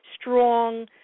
strong